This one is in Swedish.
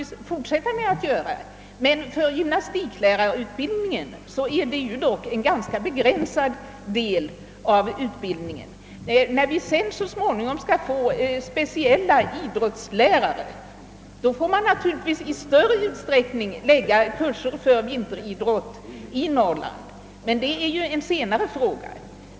På det sättet får man naturligtvis göra även i fortsättningen, men det gäller härvidlag en ganska begrän När det så småningom skall utbildas speciella idrottslärare får man naturligtvis i större utsträckning förlägga kurser i vinteridrott till Norrland. Men det blir en senare fråga.